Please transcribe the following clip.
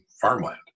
farmland